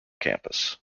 campus